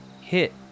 hit